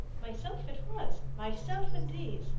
myself it was myself and these,